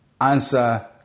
answer